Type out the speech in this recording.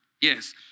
Yes